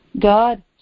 God